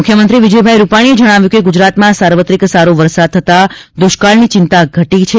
મુખ્યમંત્રી વિજયભાઇ રુપાણીએ જણાવ્યું છે કે ગુજરાતમાં સાર્વત્રિક સારો વરસાદ થતાં દુષ્કાળની ચિંતા ટળી ગઇ છે